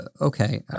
okay